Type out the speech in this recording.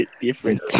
different